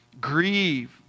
grieve